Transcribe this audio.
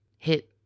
Hit